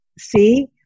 see